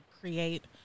create